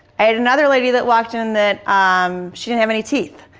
i had another lady that walked in that um she didn't have any teeth,